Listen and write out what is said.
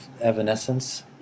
evanescence